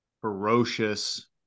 ferocious